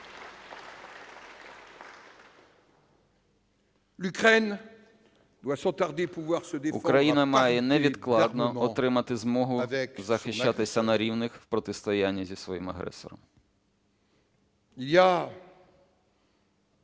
Україна має невідкладно отримати змогу захищатися на рівних в протистоянні зі своїм агресором.